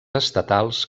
estatals